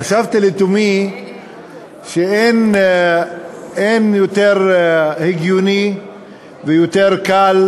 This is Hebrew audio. חשבתי לתומי שאין יותר הגיוני ויותר קל